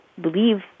believe